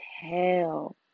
hell